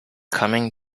coming